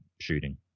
shooting